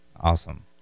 Awesome